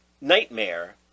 nightmare